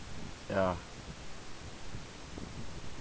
ya